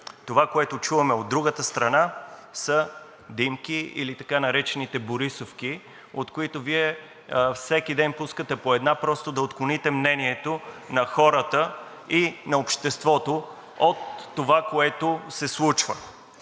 Това, което чуваме от другата страна, са димки или така наречените борисовки, от които Вие всеки ден пускате по една просто да отклоните мнението на хората и на обществото от това, което се случва.